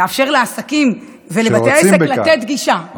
לאפשר לעסקים ולבתי עסק לתת גישה.